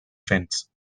fence